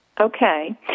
Okay